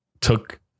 took